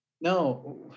No